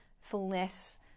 fullness